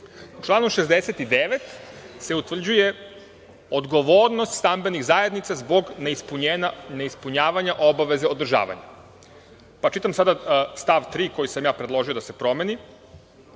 U članu 69. se utvrđuje odgovornost stambenih zajednica zbog neispunjavanja obaveze održavanja. Čitam sada stav 3. koji sam predložio da se promeni.